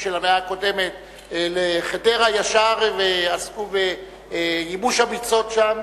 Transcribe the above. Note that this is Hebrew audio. של המאה הקודמת ישר לחדרה ועסקו בייבוש הביצות שם.